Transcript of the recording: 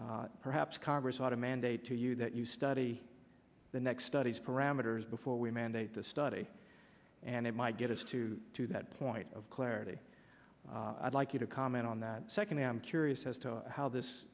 policy perhaps congress ought to mandate to you that you study the next study's parameters before we mandate the study and it might get us to to that point of clarity i'd like you to comment on that second i am curious as to how this